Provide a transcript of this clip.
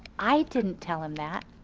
i didn't tell him that,